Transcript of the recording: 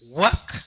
work